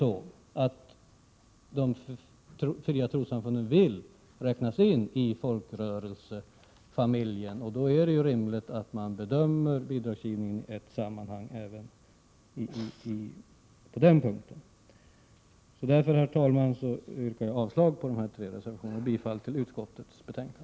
1987/88:109 — vill ju räknas in i folkrörelsefamiljen, och då är det rimligt att bidragsgivning en även till dem bedöms i det större sammanhanget. Herr talman! Jag yrkar avslag på de tre reservationerna och bifall till utskottets hemställan.